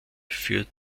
für